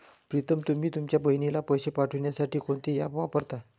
प्रीतम तुम्ही तुमच्या बहिणीला पैसे पाठवण्यासाठी कोणते ऍप वापरता?